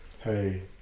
Hey